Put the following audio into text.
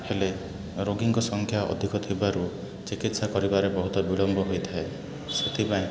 ହେଲେ ରୋଗୀଙ୍କ ସଂଖ୍ୟା ଅଧିକ ଥିବାରୁ ଚିକିତ୍ସା କରିବାରେ ବହୁତ ବିଳମ୍ବ ହୋଇଥାଏ ସେଥିପାଇଁ